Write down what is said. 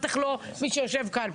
בטח לא מי שיושב כאן.